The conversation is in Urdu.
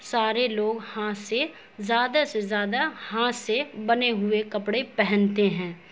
سارے لوگ ہاتھ سے زیادہ سے زیادہ ہاتھ سے بنے ہوئے کپڑے پہنتے ہیں